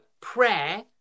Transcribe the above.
prayer